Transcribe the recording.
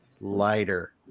lighter